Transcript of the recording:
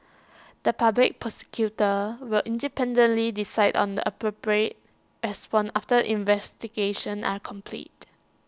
the Public Prosecutor will independently decide on the appropriate response after investigations are completed